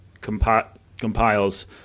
compiles